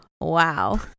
wow